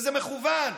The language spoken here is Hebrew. וזה מכוון,